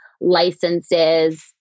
licenses